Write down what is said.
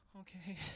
Okay